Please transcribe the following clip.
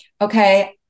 okay